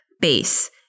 base